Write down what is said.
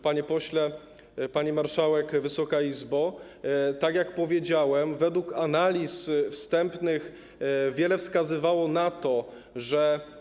Panie pośle, pani marszałek, Wysoka Izbo, tak jak powiedziałem, według analiz wstępnych wiele wskazywało na to, że.